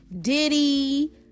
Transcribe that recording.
diddy